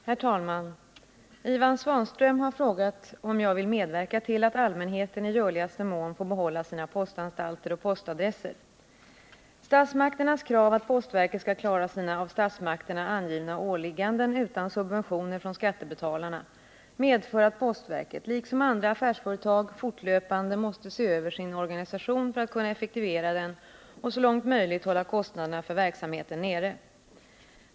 Herr talman! Ivan Svanström har frågat mig om jag vill medverka till att allmänheten i görligaste mån får behålla sina postanstalter och postadresser. Statsmakternas krav att postverket skall klara sina av statsmakterna angivna åligganden utan subventioner från skattebetalarna medför att postverket, liksom andra affärsföretag, fortlöpande måste se över sin organisation för att kunna effektivera den och så långt möjligt hålla kostnaderna för verksamheten nere.